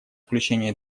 включение